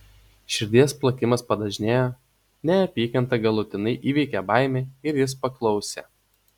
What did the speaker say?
širdies plakimas padažnėjo neapykanta galutinai įveikė baimę ir jis paklausė